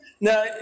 now